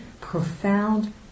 profound